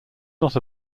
not